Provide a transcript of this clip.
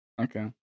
Okay